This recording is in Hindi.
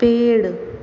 पेड़